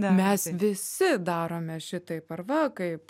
mes visi darome šitaip ar va kaip